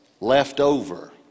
leftover